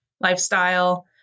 lifestyle